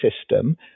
system